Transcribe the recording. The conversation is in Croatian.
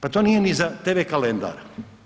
Pa to nije ni za TV Kalendar.